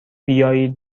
بیایید